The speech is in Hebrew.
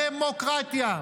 דמוקרטיה.